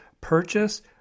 purchase